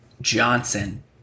Johnson